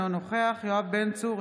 אינו נוכח יואב בן צור,